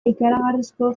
ikaragarrizko